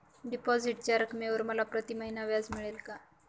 डिपॉझिटच्या रकमेवर मला प्रतिमहिना व्याज मिळेल का?